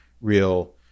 real